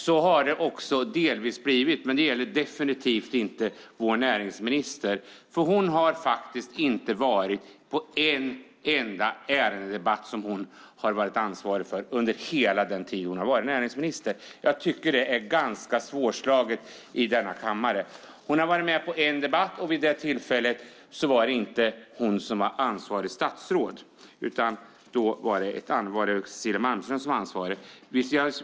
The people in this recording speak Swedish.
Så har det delvis också blivit, men det gäller definitivt inte vår näringsminister. Hon har faktiskt inte deltagit i en enda debatt om ärenden som hon varit ansvarig för under hela den tid hon har varit näringsminister. Det är ganska svårslaget i denna kammare. Hon har varit med på en debatt, och vid det tillfället var det inte hon som var ansvarigt statsråd, utan det var Cecilia Malmström som var ansvarig.